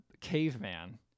caveman